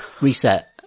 reset